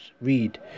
read